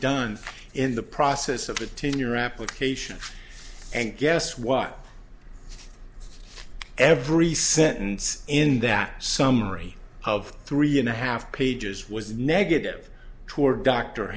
done in the process of a ten year application and guess what every sentence in that summary of three and a half pages was negative toward dr